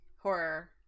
horror